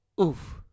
Oof